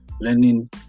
learning